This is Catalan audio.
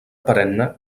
perenne